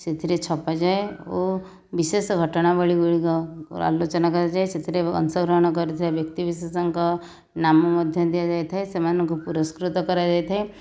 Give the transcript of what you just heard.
ସେଥିରେ ଛପାଯାଏ ଓ ବିଶେଷ ଘଟଣାବଳୀ ଗୁଡ଼ିକ ଆଲୋଚନା କରାଯାଏ ସେଥିରେ ଅଂଶଗ୍ରହଣ କରିଥିବା ବ୍ୟକ୍ତି ବିଶେଷଙ୍କ ନାମ ମଧ୍ୟ ଦିଆଯାଇଥାଏ ସେମାନଙ୍କୁ ପୁରସ୍କୃତ କରାଯାଇଥାଏ